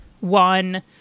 one